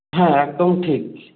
হ্যাঁ একদম ঠিক